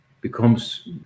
becomes